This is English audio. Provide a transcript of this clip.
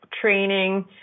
training